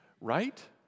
Right